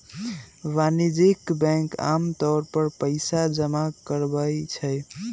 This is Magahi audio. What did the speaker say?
वाणिज्यिक बैंक आमतौर पर पइसा जमा करवई छई